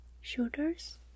shoulders